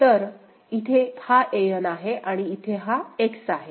तर इथे हा An आहे आणि इथे हा X आहे